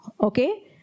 okay